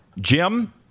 Jim